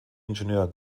ingenieur